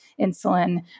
insulin